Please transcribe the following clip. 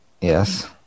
Yes